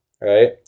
Right